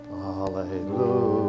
Hallelujah